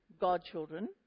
godchildren